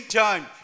time